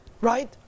right